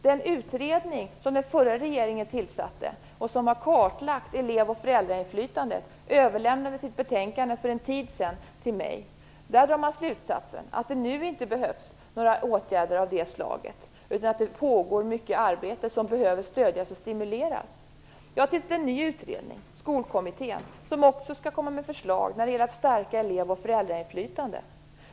Den utredning som den förra regeringen tillsatte och som har kartlagt elev och föräldrainflytandet överlämnade sitt betänkande till mig för en tid sedan. Där drar man slutsatsen att det nu inte behövs några åtgärder av det slaget utan att det pågår mycket arbete som behöver stödjas och stimuleras. Jag har tillsatt en ny utredning, Skolkommittén, som också skall komma med förslag när det gäller att stärka elev och föräldrainflytande.